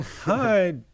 Hi